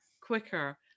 quicker